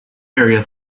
area